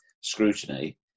scrutiny